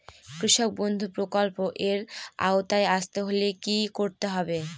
কৃষকবন্ধু প্রকল্প এর আওতায় আসতে হলে কি করতে হবে?